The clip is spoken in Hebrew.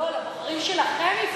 לא, לבוחרים שלכם הבטחתם.